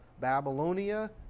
Babylonia